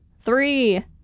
Three